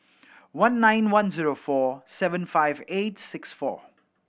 one nine one zero four seven five eight six four